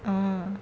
oh